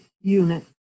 unit